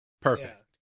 perfect